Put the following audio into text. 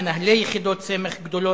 מנהלי יחידות סמך גדולות,